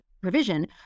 provision